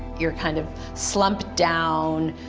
you're kind of slumped down,